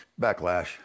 backlash